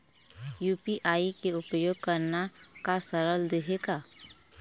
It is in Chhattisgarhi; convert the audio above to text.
यू.पी.आई के उपयोग करना का सरल देहें का?